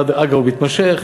אגב, הוא מתמשך.